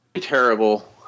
terrible